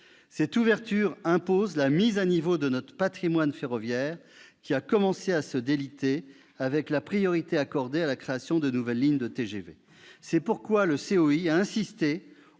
Cette ouverture impose la mise à niveau de notre patrimoine ferroviaire, qui a commencé à se déliter avec la priorité accordée à la création de nouvelles lignes de TGV. C'est pourquoi le COI a insisté,